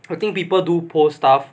putting people do post stuff